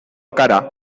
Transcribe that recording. cara